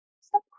Stop